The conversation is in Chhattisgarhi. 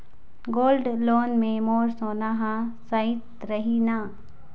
गोल्ड लोन मे मोर सोना हा सइत रही न?